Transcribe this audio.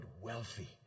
wealthy